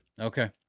Okay